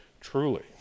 truly